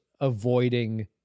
avoiding